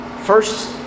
First